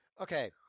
okay